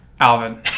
Alvin